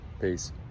Peace